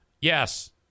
Yes